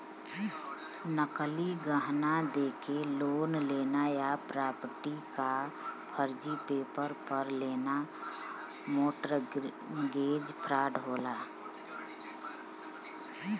नकली गहना देके लोन लेना या प्रॉपर्टी क फर्जी पेपर पर लेना मोर्टगेज फ्रॉड होला